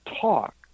talk